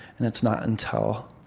and it's not until